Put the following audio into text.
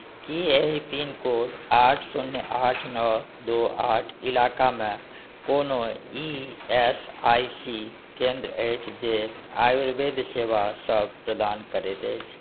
की एहि पिनकोड आठ शून्य आठ नओ दू आठ इलाकामे कोनो ई एस आई सी केन्द्र अछि जे आयुर्वेद सेवासभ प्रदान करैत अछि